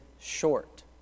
short